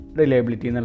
reliability